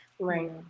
Right